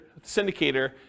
syndicator